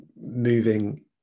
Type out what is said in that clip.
moving